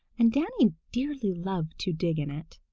and danny dearly loved to dig in it.